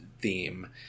theme